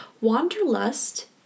Wanderlust